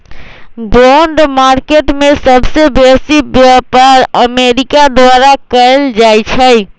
bond market में सबसे बेसी व्यापार अमेरिका द्वारा कएल जाइ छइ